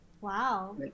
wow